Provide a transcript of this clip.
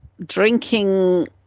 drinking